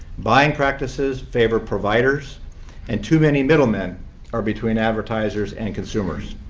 buying practices favor providers and too many middlemen are between advertisers and consumers.